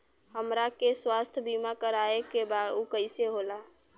हमरा के स्वास्थ्य बीमा कराए के बा उ कईसे होला?